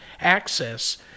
access